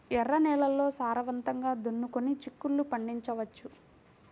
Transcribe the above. ఎర్ర నేలల్లో సారవంతంగా దున్నుకొని చిక్కుళ్ళు పండించవచ్చు